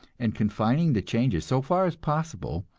and confining the changes, so far as possible,